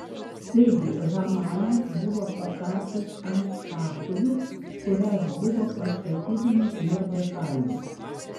taigi hamanas buvo pakartas ant kartuvių kurias buvo pastatydinęs mordechajui